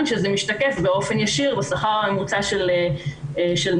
שזה משתקף באופן ישיר בשכר הממוצע של נשים.